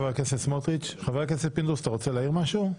חבר הכנסת פינדרוס, אתה רוצה להעיר משהו?